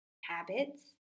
habits